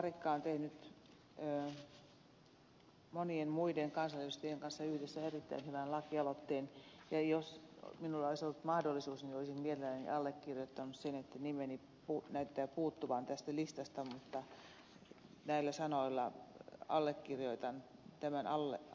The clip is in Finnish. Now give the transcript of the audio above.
larikka on tehnyt monien muiden kansanedustajien kanssa yhdessä erittäin hyvän lakialoitteen ja jos minulla olisi ollut mahdollisuus niin olisin mielelläni allekirjoittanut sen nimeni näyttää puuttuvan tästä listasta mutta näillä sanoilla allekirjoitan tämän aloitteen